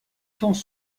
sans